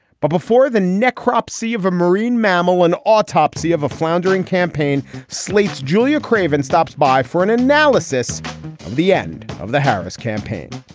but before the necropsy of a marine mammal, an autopsy of a floundering campaign, slate's julia craven stops by for an analysis of the end of the harris campaign